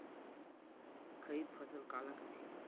खरीफ फसल काला कहिथे?